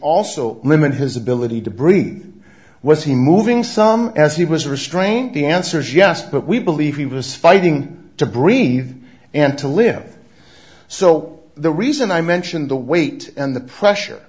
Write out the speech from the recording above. also limit his ability to breathe was he moving some as he was restrained the answer is yes but we believe he was fighting to breathe and to live so the reason i mentioned the weight and the pressure